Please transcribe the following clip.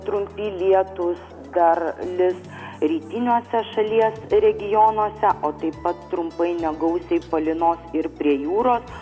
trumpi lietūs dar lis rytiniuose šalies regionuose o taip pat trumpai negausiai palynos ir prie jūros